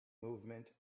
movement